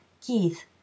Keith